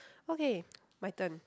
okay my turn